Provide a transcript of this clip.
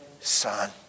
Son